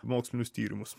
mokslinius tyrimus